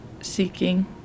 seeking